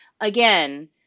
Again